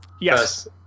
Yes